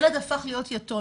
ילד הפך להיות יתום.